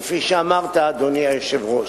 כפי שאמרת, אדוני היושב-ראש.